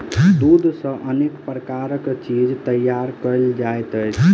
दूध सॅ अनेक प्रकारक चीज तैयार कयल जाइत छै